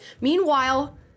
Meanwhile